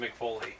McFoley